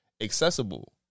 accessible